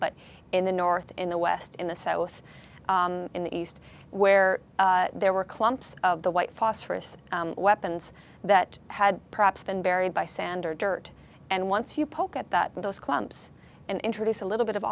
but in the north in the west in the south in the east where there were clumps of the white phosphorus weapons that had perhaps been buried by sand or dirt and once you poke at that those clumps and introduce a little bit of